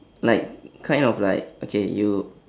like kind of like okay you